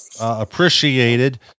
appreciated